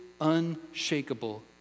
unshakable